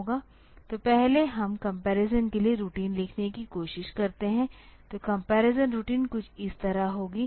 तो पहले हम कंपरिसन के लिए रूटीन लिखने की कोशिश करते हैं तो कंपरिसन रूटीन कुछ इस तरह होगी